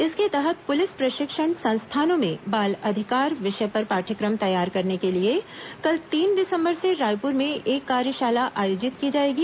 इसके तहत पुलिस प्रशिक्षण संस्थानों में बाल अधिकार विषय पर पाठ्यक्रम तैयार करने के लिए कल तीन दिसंबर से रायप्र में एक कार्यशाला आयोजित की जाएगी